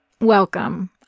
Welcome